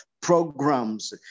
programs